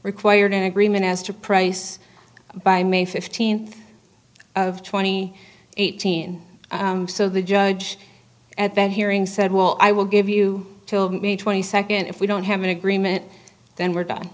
required an agreement as to price by may fifteenth of twenty eighteen so the judge at that hearing said well i will give you till may twenty second if we don't have an agreement then we're done